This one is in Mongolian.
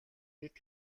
бид